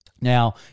Now